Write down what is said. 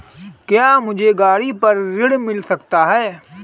क्या मुझे गाड़ी पर ऋण मिल सकता है?